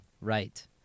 Right